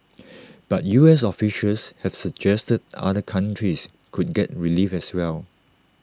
but U S officials have suggested other countries could get relief as well